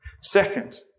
Second